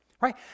right